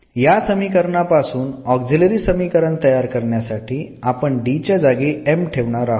या समिकरणा पासून ऑक्झिलरी समीकरण तयार करण्यासाठी आपण D च्या जागी m ठेवणार आहोत